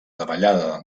davallada